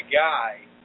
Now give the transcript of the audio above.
guy